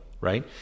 right